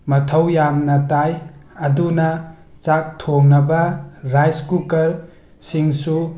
ꯃꯊꯧ ꯌꯥꯝꯅ ꯇꯥꯏ ꯑꯗꯨꯅ ꯆꯥꯛ ꯊꯣꯡꯅꯕ ꯔꯥꯏꯁ ꯀꯨꯀꯔ ꯁꯤꯡꯁꯨ